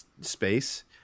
space